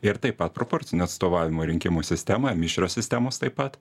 ir taip pat proporcinio atstovavimo rinkimų sistema mišrios sistemos taip pat